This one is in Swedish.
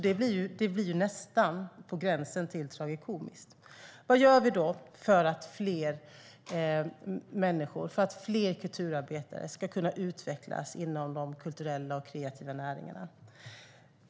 Detta blir nästan på gränsen till tragikomiskt. Vad gör vi då för att fler kulturarbetare ska kunna utvecklas inom de kulturella och kreativa näringarna?